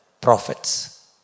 prophets